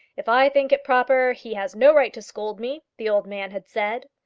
if i think it proper, he has no right to scold me, the old man had said.